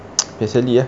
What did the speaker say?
ah